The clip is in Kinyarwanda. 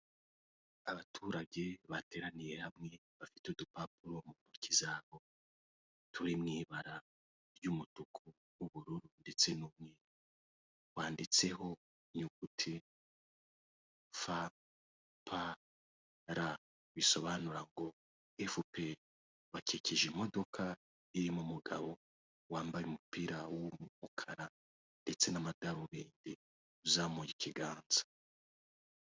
Abaturage bateraniye hamwe bafite udupapuro mu ntoki zabo turi mu ibara ry'umutuku n'ubururu ndetse n'umweru wanditseho inyuguti fa pa ra bisobanura ngo fpr bakikije imodoka irimo umugabo wambaye umupira w'umukara ndetse n' amadarubindi uzamuye ikiganza.